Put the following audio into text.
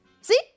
See